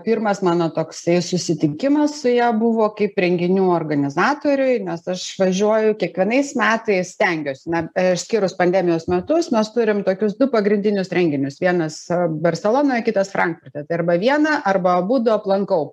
pirmas mano toks susitikimas su ja buvo kaip renginių organizatoriui nes aš važiuoju kiekvienais metais stengiuosi na išskyrus pandemijos metus mes turim tokius du pagrindinius renginius vienas barselonoje kitas frankfurte tai arba vieną arba abudu aplankau